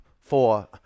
four